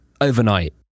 overnight